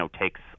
takes